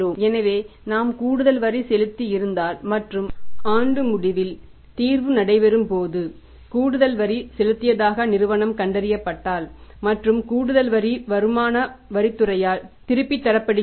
எனவே நாம் கூடுதல் வரி செலுத்தியிருந்தால் மற்றும் ஆண்டு முடிவில் தீர்வு நடைபெறும் போது கூடுதல் வரி செலுத்தியதாக நிறுவனம் கண்டறியப்பட்டால் மற்றும் கூடுதல் வரி வருமான வரித் துறையால் திருப்பித் தரப்படுகிறது